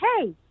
hey